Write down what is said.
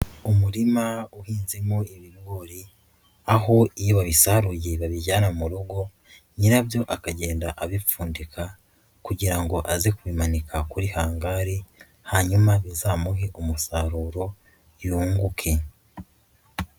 Umurima uhinzemo ibigori aho iyo babisaruye babijyana mu rugo, nyirabyo akagenda abipfundika kugira ngo aze kubimanika kuri hangari, hanyuma bizamuhe umusaruro yunguke.